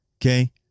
okay